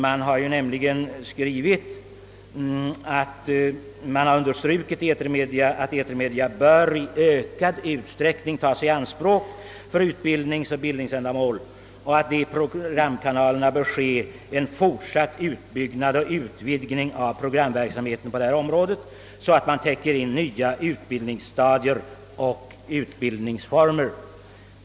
Man har nämligen understrukit att etermedia i ökad utsträckning bör tas i anspråk för utbildningsoch bildningsändamål och att programverksamheten på detta område bör byggas ut ytterligare, så att man täcker in nya utbildningsstadier och utbildningsformer.